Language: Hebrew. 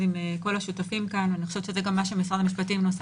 עם כל השותפים כאן - ואני חושבת שזה גם מה שמשרד המשפטים מנסה